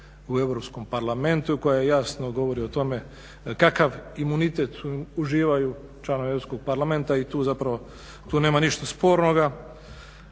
u Europskom parlamentu i koja jasno govori o tome, takav imunitet uživaju članovi Europskog parlamenta i tu zapravo, tu nema ništa spornoga,